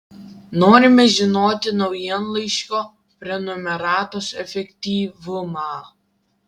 norime žinoti naujienlaiškio prenumeratos efektyvumą